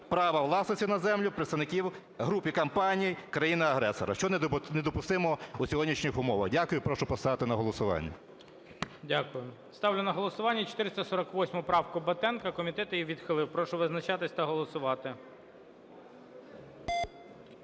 права власності на землю представників груп і компаній країни-агресора, що недопустимо при сьогоднішніх умовах. Дякую і прошу поставити на голосування. ГОЛОВУЮЧИЙ. Дякую. Ставлю на голосування 448 правку Батенка. Комітет її відхилив. Прошу визначатись та голосувати.